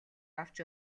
авч